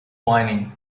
whining